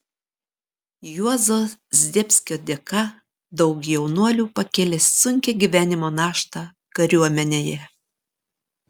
juozo zdebskio dėka daug jaunuolių pakėlė sunkią gyvenimo naštą kariuomenėje